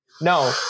No